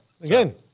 again –